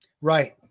right